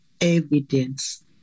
evidence